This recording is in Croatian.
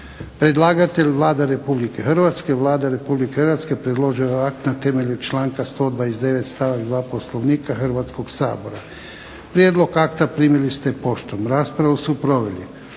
Predlagatelj Vlada Republike Hrvatske. Vlada Republike Hrvatske predložila je akt na temelju članka 129. stavak 2. Poslovnika Hrvatskog sabora. Prijedlog akta primili ste poštom. Raspravu su proveli